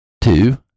Two